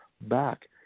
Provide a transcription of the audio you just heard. back